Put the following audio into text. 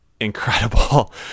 incredible